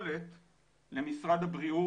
היה שם מה חברת מקורות צריכה לקבל,